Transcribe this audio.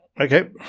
Okay